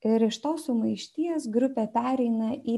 ir iš tos sumaišties grupė pereina į